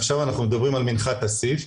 עכשיו אנחנו מדברים על מנחת אסיף.